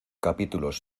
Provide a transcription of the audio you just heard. capítulos